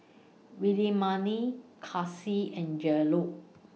Williemae Casie and Jerold